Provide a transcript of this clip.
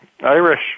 Irish